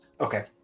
Okay